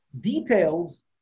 Details